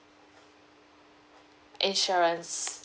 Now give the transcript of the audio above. insurance